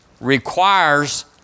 requires